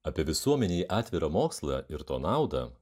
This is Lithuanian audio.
apie visuomenei atvirą mokslą ir to naudą